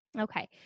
okay